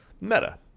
Meta